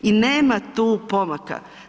I nema tu pomaka.